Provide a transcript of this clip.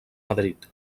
madrid